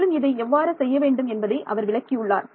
மேலும் இதை எவ்வாறு செய்யவேண்டும் என்பதை அவர் விளக்கியுள்ளார்